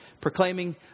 proclaiming